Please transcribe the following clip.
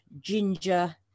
ginger